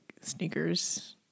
sneakers